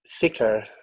thicker